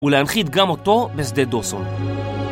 ולהנחית גם אותו בשדה דוסון.